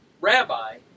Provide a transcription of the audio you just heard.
rabbi